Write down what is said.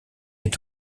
est